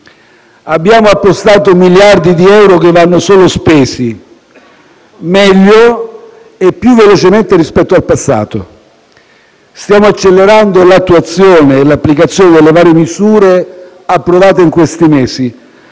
Abbiamo appostato miliardi di euro che vanno solo spesi, meglio e più velocemente rispetto al passato. Stiamo accelerando l'attuazione e l'applicazione delle varie misure approvate in questi mesi,